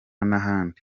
n’ahandi